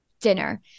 dinner